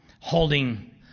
holding